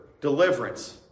deliverance